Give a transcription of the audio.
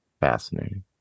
Fascinating